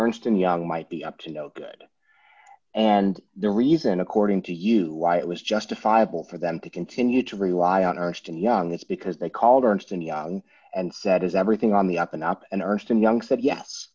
ernst and young might be up to no good and the reason according to you why it was justifiable for them to continue to rely on ernst and young is because they called ernst and young and said is everything on the up and up and ernst and young said yes